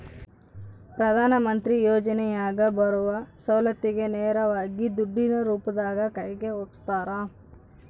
ಪ್ರಧಾನ ಮಂತ್ರಿ ಯೋಜನೆಯಾಗ ಬರುವ ಸೌಲತ್ತನ್ನ ನೇರವಾಗಿ ದುಡ್ಡಿನ ರೂಪದಾಗ ಕೈಗೆ ಒಪ್ಪಿಸ್ತಾರ?